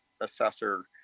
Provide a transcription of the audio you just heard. assessor